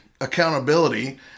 accountability